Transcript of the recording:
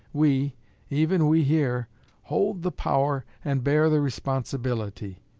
we even we here hold the power and bear the responsibility.